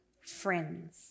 friends